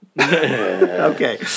Okay